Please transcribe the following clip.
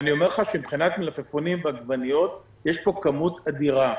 מבחינת מלפפונים ועגבניות יש פה כמות אדירה.